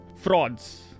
frauds